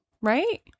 Right